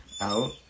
out